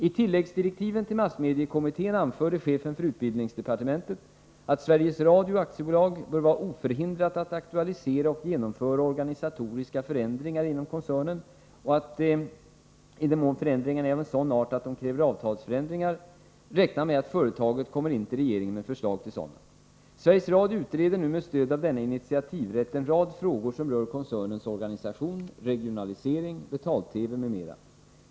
I tilläggsdirektiven till massmediekommittén anförde chefen för utbildningsdepartementet att Sveriges Radio AB bör vara oförhindrat att aktualisera och genomföra organisatoriska förändringar inom koncernen och att hon i den mån förändringarna är av en sådan art att de kräver avtalsförändringar räknade med att företaget kommer in till regeringen med förslag till sådana. Sveriges Radio utreder nu med stöd av denna initiativrätt en rad frågor som rör koncernens organisation, regionalisering, betal-TV m.m.